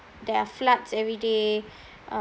there are floods every day